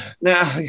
Now